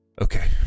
Okay